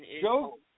Joe